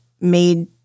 made